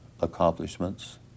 accomplishments